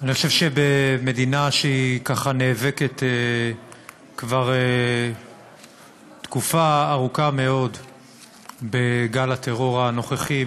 אני חושב שבמדינה שנאבקת כבר תקופה ארוכה מאוד בגל הטרור הנוכחי,